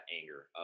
anger